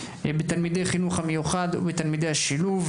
תלמידי החינוך המיוחד ותלמידי השילוב,